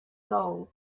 gold